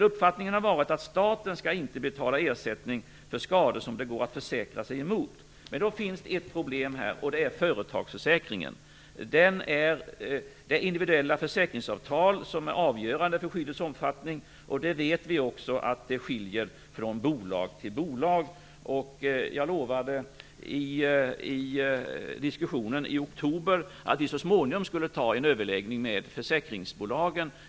Uppfattningen har varit att staten inte skall betala ersättning för skador som det går att försäkra sig emot. Men då finns ett problem, nämligen företagsförsäkringen. De individuella försäkringsavtalen, som är avgörande för skyddets omfattning, vet vi skiljer sig från bolag till bolag. Jag lovade i diskussionen i oktober att vi så småningom skulle ha en överläggning med försäkringsbolagen.